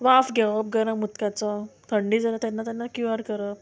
वाफ घेवप गरम उदकाचो थंडी जाता तेन्ना तेन्ना क्यूअर करप